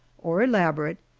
or elaborate,